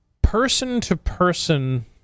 Person-to-person